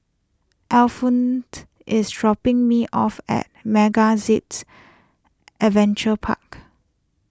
Al fent is dropping me off at MegaZip Adventure Park